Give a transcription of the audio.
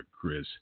Chris